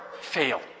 fail